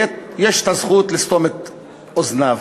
יש הזכות לסתום את אוזניו.